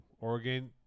Oregon